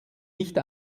nicht